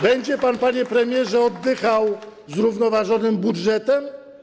Będzie pan, panie premierze, oddychał zrównoważonym budżetem?